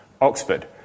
Oxford